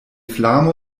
flamo